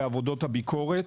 לעבודות הביקורת.